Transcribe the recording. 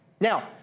Now